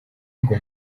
ngo